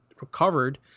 recovered